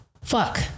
fuck